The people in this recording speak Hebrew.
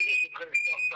"יד שרה",